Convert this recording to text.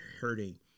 hurting